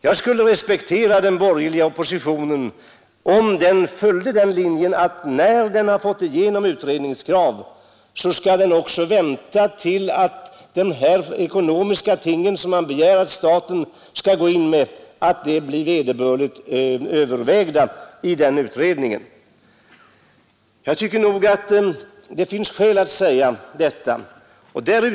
Jag skulle respektera den borgerliga oppositionen om den, när den fått igenom ett utredningskrav, avvaktade att förslagen i ekonomiskt avseende blev vederbörligen övervägda av utredningen. Jag tycker att det finns skäl att säga detta.